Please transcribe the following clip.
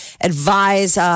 advise